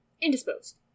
indisposed